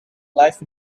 life